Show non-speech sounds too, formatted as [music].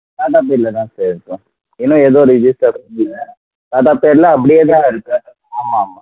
தாத்தா பேரில் தான் சார் இருக்கும் ஏன்னா ஏதோ ஒரு ரெஜிஸ்டர் [unintelligible] தாத்தா பேரில் அப்டியே தான் இருக்குது ஆமாம் ஆமாம்